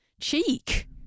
cheek